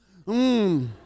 mmm